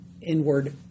inward